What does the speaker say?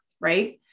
right